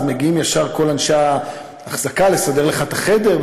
מגיעים ישר כל אנשי האחזקה לסדר לך את החדר,